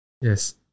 Yes